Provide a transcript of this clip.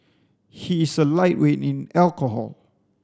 he is a lightweight in alcohol